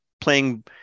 playing